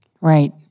Right